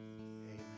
Amen